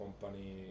company